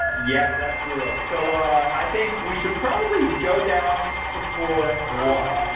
yeah, that's real. so i think we should probably go down to floor one.